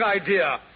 idea